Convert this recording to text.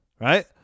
Right